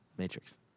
Matrix